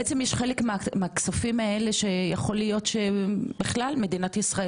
בעצם יש חלק מהכספים האלה שיכול להיות שבכלל מדינת ישראל